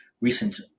recent